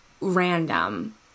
random